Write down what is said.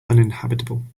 uninhabitable